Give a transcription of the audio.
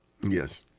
Yes